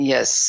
Yes